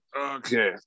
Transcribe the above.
Okay